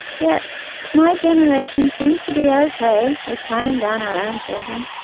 yet my generation seems to be okay with tying down our own children,